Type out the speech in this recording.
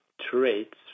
traits